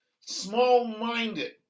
small-minded